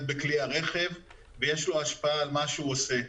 בכלי הרכב ויש לו השפעה על מה שהוא עושה,